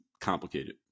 complicated